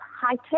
high-tech